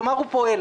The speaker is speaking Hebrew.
כלומר הוא פועל.